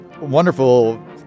wonderful